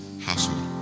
household